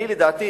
לדעתי,